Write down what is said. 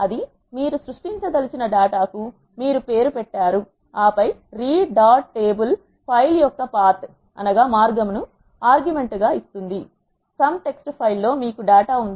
అది మీరు సృష్టించదలచిన డేటా కు మీరు పేరు పెట్టారు ఆపై రీడ్ డాట్ టేబుల్ ఫైల్ యొక్క మార్గము పాత్ ను ఆర్గ్యుమెంట్ గా ఇస్తుంది మీకు డేటా మొత్తం సమ్ టెక్స్ట్ ఫైల్ లో ఉంది